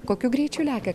kokiu greičiu lekia